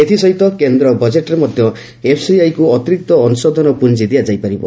ଏଥିସହିତ କେନ୍ଦ୍ର ବଜେଟ୍ ମାଧ୍ୟମରେ ଏଫ୍ସିଆଇକୁ ଅତିରିକ୍ତ ଅଂଶଧନ ପୁଞ୍ଜି ଦିଆଯାଇପାରିବ